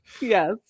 Yes